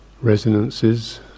resonances